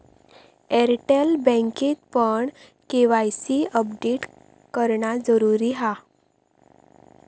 Airtel बँकेतपण KYC update करणा जरुरी हा